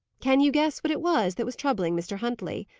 can you guess what it was that was troubling mr. huntley?